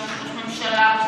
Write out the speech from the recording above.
ראש ממשלה,